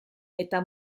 eta